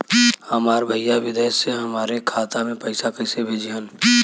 हमार भईया विदेश से हमारे खाता में पैसा कैसे भेजिह्न्न?